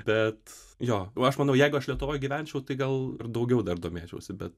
bet jo o aš manau jeigu aš lietuvoj gyvenčiau tai gal ir daugiau dar domėčiausi bet